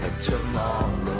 tomorrow